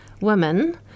women